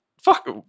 Fuck